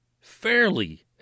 fairly